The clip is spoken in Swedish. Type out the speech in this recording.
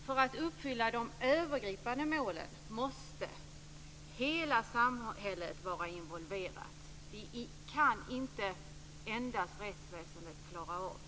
För att uppfylla de övergripande målen måste hela samhället vara involverat. Det kan inte endast rättsväsendet klara av.